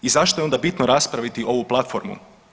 I zašto je onda bitno raspraviti ovu platformu?